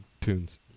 tunes